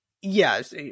yes